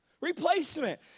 Replacement